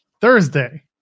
Thursday